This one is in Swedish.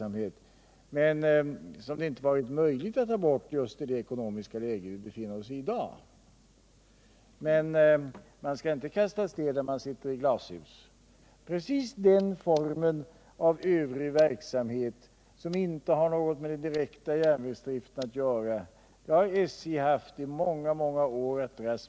Men det har inte varit möjligt att ta bort den just i det ekonomiska läge som vi i dag befinner oss. Men man skall inte kasta sten när man sitter i glashus. Precis den formen av övrig verksamhet som inte har något med den direkta järnvägsdriften att göra har SJ haft att dras med i många år.